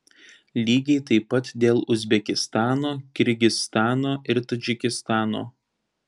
lygiai taip pat dėl uzbekistano kirgizstano ir tadžikistano